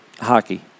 Hockey